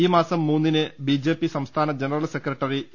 ഈ മാസം മൂന്നിന് ബിജെപി സംസ്ഥാന ജന റൽ സെക്രട്ടറി എ